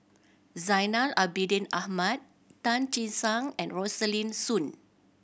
Zainal Abidin Ahmad Tan Che Sang and Rosaline Soon